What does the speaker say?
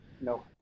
No